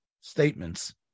statements